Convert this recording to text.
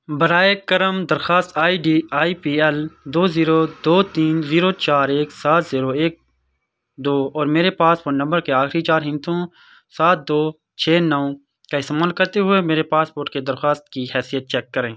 براہ کرم درخواست I D I P L دو زیرو دو تین زیرو چار ایک سات زیرو ایک دو اور میرے پاسپورٹ نمبر کے آخری چار ہندسوں سات دو چھ نو کا استعمال کرتے ہوئے میرے پاسپورٹ کی درخواست کی حیثیت چیک کریں